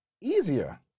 easier